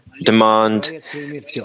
demand